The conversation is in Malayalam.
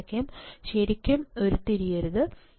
സമവാക്യം ശരിക്കും ഉരുത്തിരിയരുത്